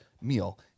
meal